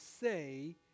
say